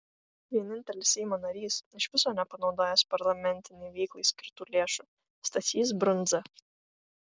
vienintelis seimo narys iš viso nepanaudojęs parlamentinei veiklai skirtų lėšų stasys brundza